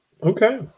Okay